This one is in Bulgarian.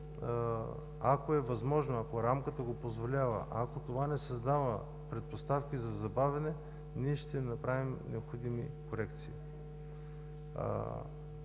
ако е възможно, ако рамката го позволява, ако това не създава предпоставки за забавяне, ние ще направим необходимите корекции.